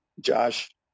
Josh